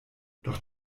doch